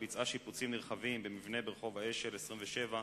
ביצעה שיפוצים נרחבים במבנה ברחוב האשל 27,